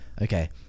okay